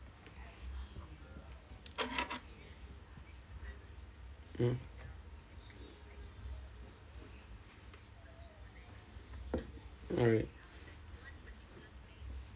mm alright